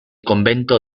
convento